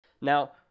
Now